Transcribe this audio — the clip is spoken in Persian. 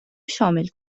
شامل